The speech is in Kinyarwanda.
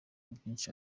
byinshi